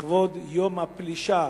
לכבוד יום הפלישה